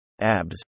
ABS